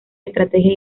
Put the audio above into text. estrategias